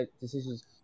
decisions